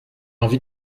envie